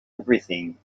everything